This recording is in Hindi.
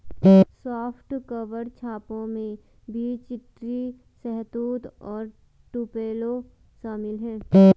सॉफ्ट कवर छापों में बीच ट्री, शहतूत और टुपेलो शामिल है